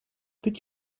did